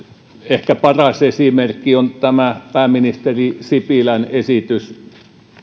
ehkä paras esimerkki on tämä pääministeri sipilän esitys